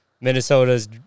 Minnesota's